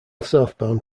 southbound